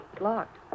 Locked